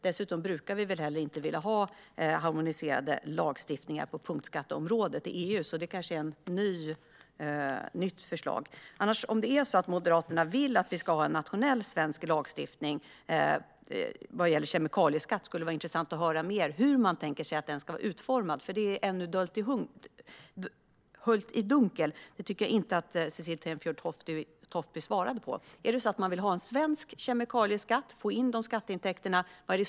Dessutom brukar vi väl heller inte vilja ha harmoniserad lagstiftning på punktskatteområdet i EU, så det här är kanske ett nytt förslag. Om Moderaterna vill att vi ska ha en nationell svensk lagstiftning vad gäller kemikalieskatt skulle det vara intressant att höra mer om hur man tänker sig att den ska vara utformad, för det är ännu höljt i dunkel. Jag tycker inte att Cecilie Tenfjord-Toftby svarade på det. Vad är det för förändringar man vill ha om man vill ha en svensk kemikalieskatt och få in de skatteintäkterna?